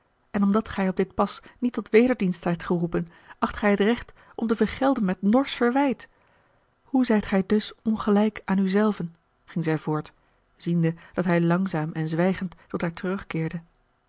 en omdat gij op dit pas niet tot wederdienst zijt geroepen acht gij het recht om te vergelden met norsch verwijt hoe zijt gij dus ongelijk aan u zelven ging zij voort ziende dat hij langzaam en zwijgend tot haar terugkeerde